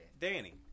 Danny